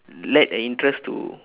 led an interest to